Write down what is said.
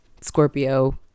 Scorpio